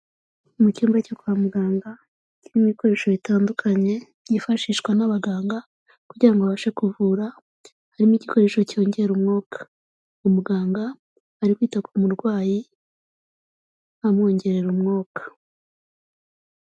Mu cyumba cyo kwa muganga, kirimo ibikoresho bitandukanye byifashishwa n'abaganga, kugira ngo babashe kuvura, harimo igikoresho cyongera umwuka, umuganga ari kwita ku murwayi amwongerera umwuka.